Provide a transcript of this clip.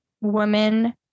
woman